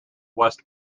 west